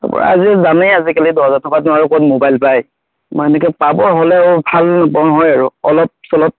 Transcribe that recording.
আজি জানেই আজিকালি দহ হাজাৰ টকাতনো আৰু ক'ত মোবাইল পায় নহয় সেনেকৈ পাবৰ হ'লে ভাল নহয় আৰু অলপ চলপ